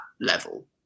level